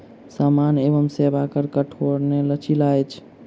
सामान एवं सेवा कर कठोर नै लचीला अछि